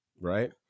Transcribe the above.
right